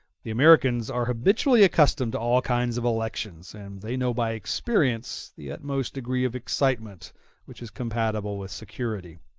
the americans are habitually accustomed to all kinds of elections, and they know by experience the utmost degree of excitement which is compatible with security.